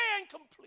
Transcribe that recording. incomplete